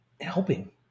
helping